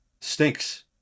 stinks